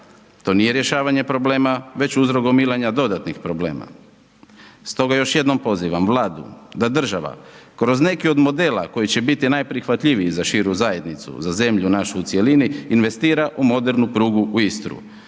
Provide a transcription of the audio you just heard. To nije rješavanje problema, već …/Govornik se ne razumije./… dodatnih problema. Stoga još jednom pozivam, vladu da država, kroz nekih od modela koji će biti najprihvatljiviji za širu zajednicu, za zemlju našu u cjelini, investira u modernu prugu u Istru.